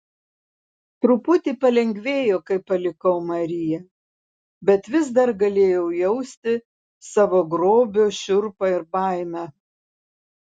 truputį palengvėjo kai palikau mariją bet vis dar galėjau jausti savo grobio šiurpą ir baimę